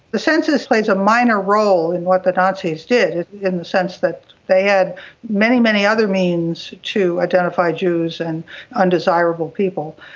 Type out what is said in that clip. the census plays a minor role in what the nazis did in the sense that they had many, many other means to identify jews and undesirable people.